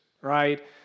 right